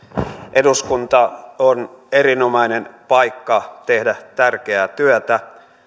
eduskunta on erinomainen paikka tehdä tärkeää työtä